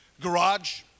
garage